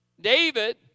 David